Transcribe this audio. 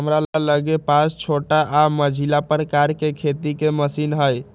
हमरा लग पास छोट आऽ मझिला प्रकार के खेती के मशीन हई